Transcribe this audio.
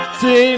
see